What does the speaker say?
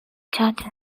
charges